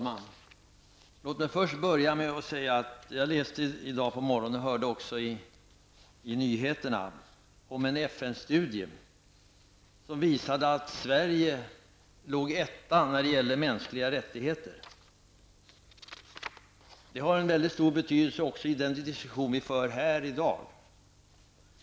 Herr talman! Låt mig börja med att säga att jag i morse läste i tidningen och hörde på radion om en FN-studie som visar att Sverige ligger etta när det gäller mänskliga rättigheter. Det har en mycket stor betydelse även i den diskussion som vi för här i dag.